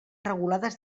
regulades